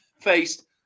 faced